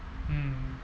mm